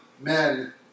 men